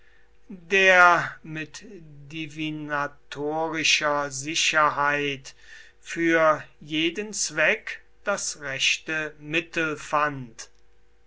der mit divinatorischer sicherheit für jeden zweck das rechte mittel fand